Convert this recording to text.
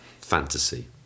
fantasy